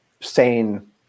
sane